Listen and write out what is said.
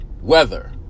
Weather